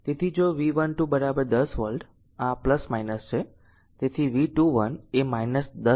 તેથી જો V12 10 volt આ છે તેથી V21 એ 10 વોલ્ટ હશે